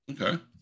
Okay